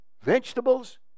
Vegetables